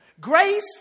Grace